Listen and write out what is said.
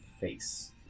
face